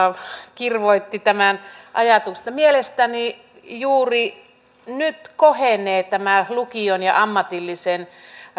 kirvoitti tämän ajatuksen mielestäni juuri nyt kohenee tämä lukion ja ammatillisen